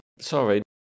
Sorry